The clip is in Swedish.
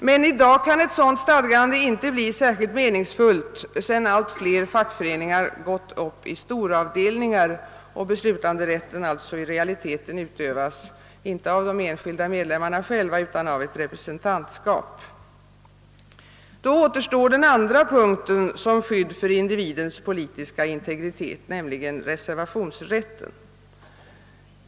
Men i dag kan ett sådant stadgande inte bli särskilt meningsfullt, sedan allt fler fackföreningar gått upp i storavdelningar och beslutanderätten alltså i realiteten utövas inte av de enskilda medlemmarna själva utan av ett representantskap. Då återstår den andra punkten som skydd för individens politiska integritet, nämligen reservationsrätten.